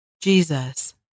Jesus